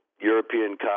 European